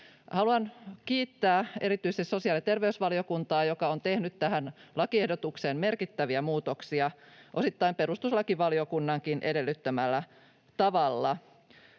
Haluan kiittää erityisesti sosiaali- ja terveysvaliokuntaa, joka on tehnyt tähän lakiehdotukseen merkittäviä muutoksia, osittain perustuslakivaliokunnankin edellyttämällä tavalla.